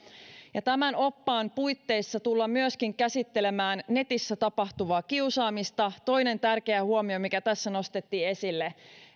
tämän oppaan puitteissa tullaan myöskin käsittelemään netissä tapahtuvaa kiusaamista toinen tärkeä huomio mikä tässä nostettiin esille